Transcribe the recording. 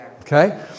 Okay